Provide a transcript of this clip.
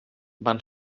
van